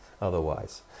otherwise